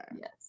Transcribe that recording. Yes